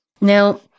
Now